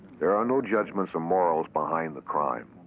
there are no judgments or morals behind the crime.